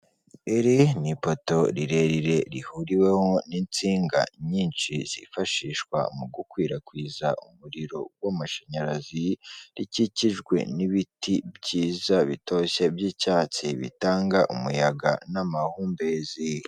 Iri ni ipoto rirerire rihuriweho n'insinga nyinshi zifashishwa mu gukwirakwiza umuriro w'amashanyarazi, rikikijwe n'ibiti byiza bitoshye by'icyatsi bitanga umuyaga n'amahumbezi.